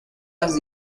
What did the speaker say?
las